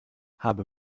habe